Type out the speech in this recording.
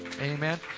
Amen